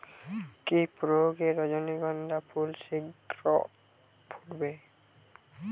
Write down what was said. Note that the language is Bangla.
কি প্রয়োগে রজনীগন্ধা ফুল শিঘ্র ফুটবে?